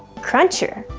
cruncher.